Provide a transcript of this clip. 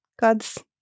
God's